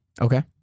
okay